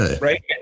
right